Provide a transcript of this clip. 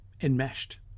enmeshed